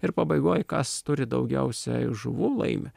ir pabaigoj kas turi daugiausia i žuvų laimi